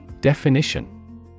Definition